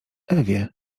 ewie